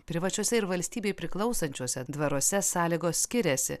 privačiose ir valstybei priklausančiuose dvaruose sąlygos skiriasi